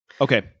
Okay